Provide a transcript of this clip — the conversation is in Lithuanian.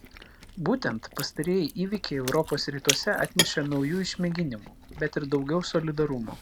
būtent pastarieji įvykiai europos rytuose atnešė naujų išmėginimų bet ir daugiau solidarumo